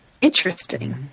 Interesting